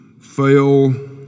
fail